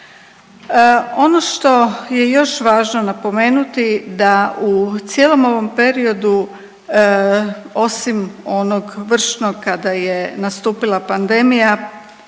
Ono što je još važno napomenuti da u cijelom ovom periodu osim onog vršnog kada je nastupila pandemija